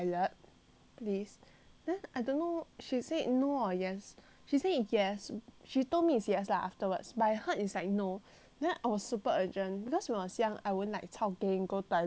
then I don't know she said no or yes she say yes she told me is yes lah afterwards but I heard is like no then I was super urgent because when I was young I wouldn't like chao keng go toilet then like slack slack for awhile